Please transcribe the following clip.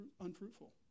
unfruitful